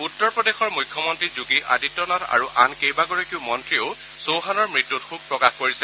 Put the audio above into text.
উত্তৰ প্ৰদেশৰ মুখ্যমন্ত্ৰী যোগী আদিত্যনাথ আৰু আন কেইবাগৰাকী মন্ত্ৰীয়েও চৌহানৰ মৃত্যুত শোক প্ৰকাশ কৰিছে